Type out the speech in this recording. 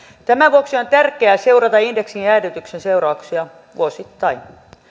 tämän vuoksi on tärkeää seurata indeksin jäädytyksen seurauksia vuosittain